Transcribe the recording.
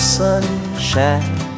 sunshine